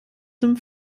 dem